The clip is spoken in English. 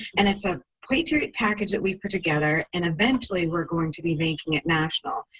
and it's a patriot package that we've put together and eventually we're going to be making it national.